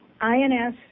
INS